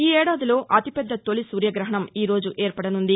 ఈ ఏడాదిలో అతి పెద్ద తొలి సూర్యగ్రహణం ఈరోజు ఏర్పడనుంది